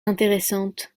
intéressante